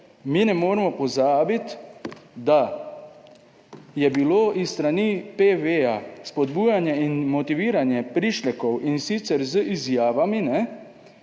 mi ne moremo pozabiti, da je bilo s strani PV spodbujanje in motiviranje prišlekov, in sicer z izjavami, da